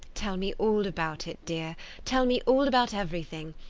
tell me all about it, dear tell me all about everything,